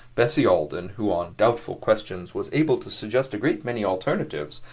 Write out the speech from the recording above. bessie alden, who on doubtful questions was able to suggest a great many alternatives,